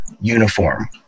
uniform